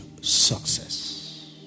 success